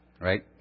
right